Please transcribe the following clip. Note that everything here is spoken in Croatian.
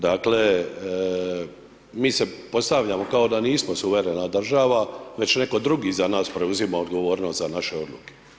Dakle, mi se postavljamo kao da nismo suverena država već netko drugi za nas preuzima odgovornost za naše odluke.